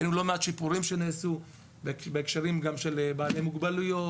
היו לא מעט שיפורים שנעשו בהקשרים של בעלי מוגבלויות.